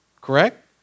Correct